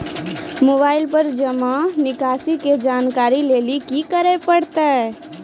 Mobile पर जमा निकासी के जानकरी लेली की करे परतै?